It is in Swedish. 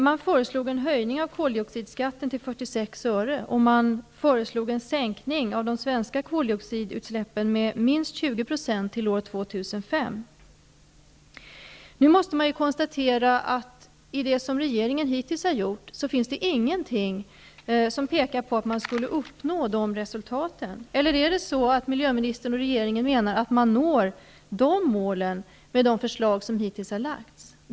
Man föreslog en höjning av koldioxidskatten till 46 öre. Dessutom föreslog man en sänkning av de svenska koldioxidutsläppen med minst 20 % fram till år 2005. Nu måste det konstateras att det i fråga om det som regeringen hittills har gjort inte finns någonting som pekar på att man skulle uppnå avsedda resultat. Eller är det så, att miljöministern och regeringen menar att man når uppsatta mål genom de förslag som hittills har lagts fram?